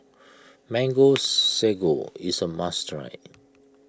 Mango Sago is a must try